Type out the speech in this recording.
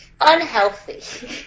Unhealthy